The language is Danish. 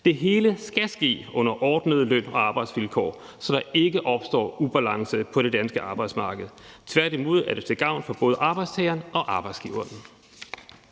Det hele skal ske under ordnede løn- og arbejdsvilkår, så der ikke opstår ubalance på det danske arbejdsmarked. Tværtimod er det til gavn for både arbejdstageren og arbejdsgiveren,